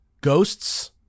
Ghosts